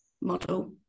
model